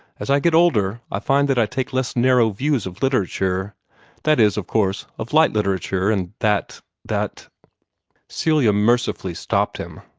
as i get older, i find that i take less narrow views of literature that is, of course, of light literature and that that celia mercifully stopped him.